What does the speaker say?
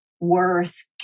worth